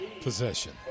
possession